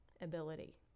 ability